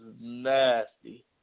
nasty